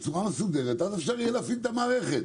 בצורה מסודרת ואז יהיה אפשר להפעיל את המערכת.